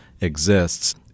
exists